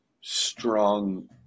strong